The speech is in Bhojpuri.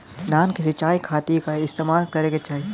धान के सिंचाई खाती का इस्तेमाल करे के चाही?